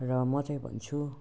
र म चाहिँ भन्छु